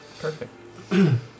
Perfect